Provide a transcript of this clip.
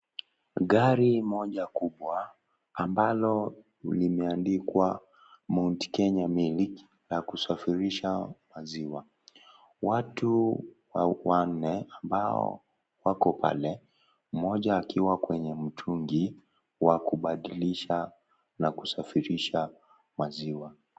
Gari moja kubwa, ambalo limeandikwa Mount Kenya Milk la kusafirisha maziwa. Watu wanne ambao wako pale, mmoja akiwa kwenye mtungi, wa kubadilisha na kusafirisha maziwa.